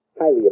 highly